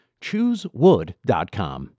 Choosewood.com